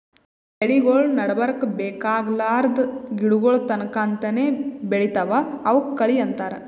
ಬೆಳಿಗೊಳ್ ನಡಬರ್ಕ್ ಬೇಕಾಗಲಾರ್ದ್ ಗಿಡಗೋಳ್ ತನಕ್ತಾನೇ ಬೆಳಿತಾವ್ ಅವಕ್ಕ ಕಳಿ ಅಂತಾರ